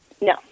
no